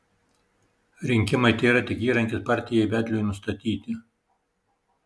rinkimai tėra tik įrankis partijai vedliui nustatyti